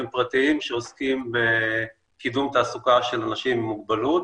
פרטיים שעוסקים בקידום תעסוקה של אנשים עם מוגבלות.